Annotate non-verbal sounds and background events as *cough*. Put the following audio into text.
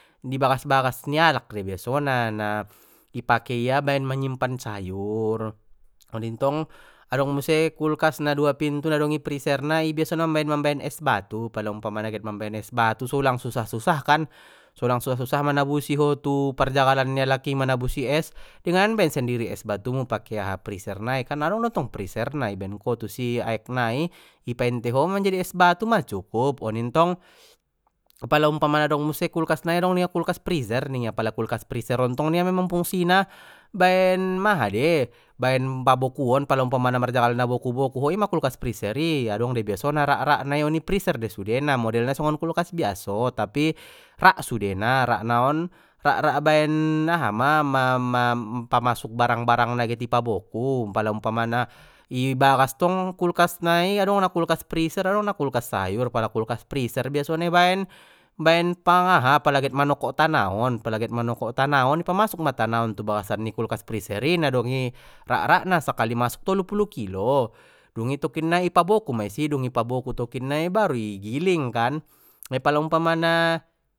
Di bagas bagas ni alak dei biasona na i pake ia baen manyimpan sayur oni ntong adong kulkas na dua pintu na dong i freezer na i biasona baen mambaen es batu pala umpamana get mambaen es batu so ulang susah susah kan so ulang susah susah ho manabusi tu parjagalan ni alak i manabusi es denganan baen sendiri es batumu pake aha freezer nai kan na dong dontong freezer na ibaen ko tu si aek nai i painte ho mang manjadi es batu ma cukup oni ntong, pala umpamana adong muse kulkas nai adong ningia kulkas freezer ningia pala kulkas freezer on ntong ningia memang fungsina baen maha dei baen pabokuon pala umpamana marjagal na boku boku ho ima kulkas freezer i adong dei biasona rak rak na i oni freezer dei sudena modelna songon kulkas biaso tapi rak sudena rak na on rak rak baen aha *unintelligible* pamasuk barang barang na get i paboku pala umpamana i bagas ntong kulkas nai adong na kulkas freezer adong na kulkas sayur pala kulkas feezer biasona baen baen pang aha pala get manokok tanaon pala get manokok tanaon i pamasuk ma tanaon tu bagasan ni kulkas freezer i na dong i rak rak na sakali masuk tolupulu kilo, dungi tokinnai i paboku ma i si dung i paboku tokinnai baru i giling kan, pala umpamana.